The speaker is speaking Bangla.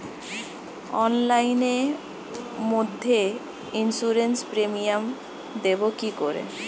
অনলাইনে মধ্যে ইন্সুরেন্স প্রিমিয়াম দেবো কি করে?